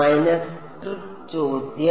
minus trick ചോദ്യം